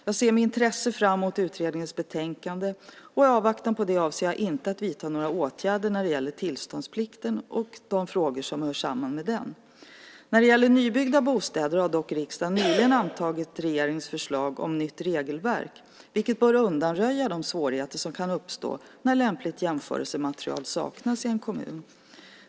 Jag ser med intresse fram emot utredningens betänkande, och i avvaktan på det avser jag inte att vidta några åtgärder när det gäller tillståndsplikten och de frågor som hör samman med den. När det gäller nybyggda bostäder har dock riksdagen nyligen antagit regeringens förslag om nytt regelverk , vilket bör undanröja de svårigheter som kan uppstå när lämpligt jämförelsematerial saknas i en kommun.